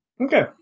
Okay